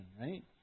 Right